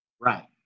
Right